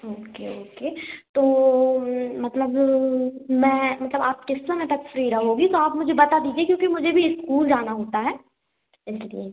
okay okay तो मतलब मैं मतलब आप किस समय तक फ्री रहोगी तो आप मुझे बता दीजिए क्योंकि मुझे भी इस्कूल जाना होता है इसलिए